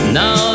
now